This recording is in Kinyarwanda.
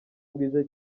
bwije